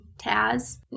Taz